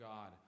God